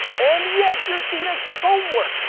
and yet you're seen as homework!